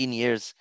years